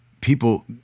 People